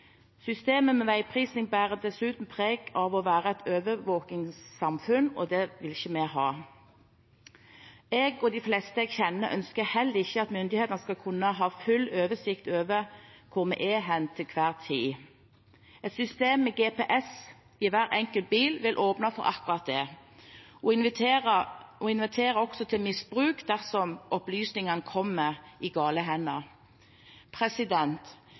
Systemet med veiprising bærer dessuten preg av et overvåkingssamfunn, og det vil ikke vi ha. Jeg og de fleste jeg kjenner, ønsker heller ikke at myndighetene skal kunne ha full oversikt over hvor vi er til enhver tid. Et system med GPS i hver enkelt bil vil åpne for akkurat det og inviterer også til misbruk dersom opplysningene kommer i gale hender.